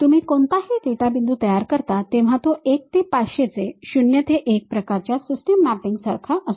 तुम्ही कोणताही डेटा बिंदू तयार करता तेव्हा तो 1 ते 500 चे 0 ते 1 प्रकारच्या सिस्टीमच्या मॅपिंगसारखा असतो